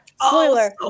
spoiler